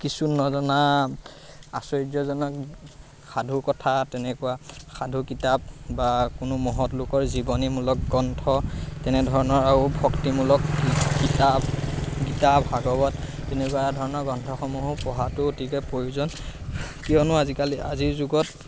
কিছু নজনা আশ্চৰ্যজনক সাধু কথা তেনেকুৱা সাধু কিতাপ বা কোনো মহৎ লোকৰ জীৱনীমূলক গ্ৰন্থ তেনেধৰণৰ আৰু ভক্তিমূলক কি কিতাপ গীতা ভাগৱত তেনেকুৱা ধৰণৰ গ্ৰন্থসমূহো পঢ়াটো অতিকৈ প্ৰয়োজন কিয়নো আজিকালি আজিৰ যুগত